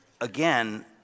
again